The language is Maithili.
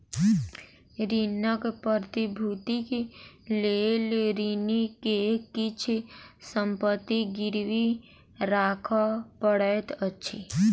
ऋणक प्रतिभूतिक लेल ऋणी के किछ संपत्ति गिरवी राखअ पड़ैत अछि